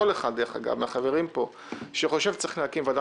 כל אחד מהחברים פה שחושב שצריך להקים ועדה